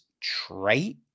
trait